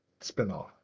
Spin-off